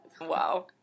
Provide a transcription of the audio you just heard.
Wow